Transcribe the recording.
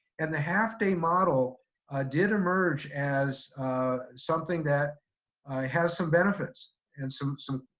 and the half day model did emerge as something that has some benefits and some, some,